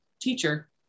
teacher